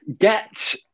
get